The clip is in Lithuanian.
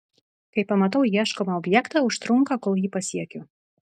kai pamatau ieškomą objektą užtrunka kol jį pasiekiu